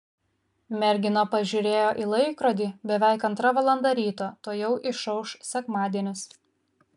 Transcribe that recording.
mergina pažiūrėjo į laikrodį beveik antra valanda ryto tuojau išauš sekmadienis